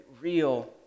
real